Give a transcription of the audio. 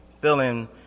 feeling